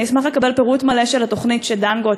אני אשמח לקבל פירוט מלא של התוכנית של דנגוט,